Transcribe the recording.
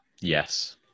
Yes